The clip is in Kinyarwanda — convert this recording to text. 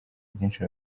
byinshi